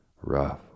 rough